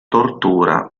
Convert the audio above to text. tortura